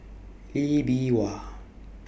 Lee Bee Wah